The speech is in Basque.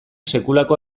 sekulako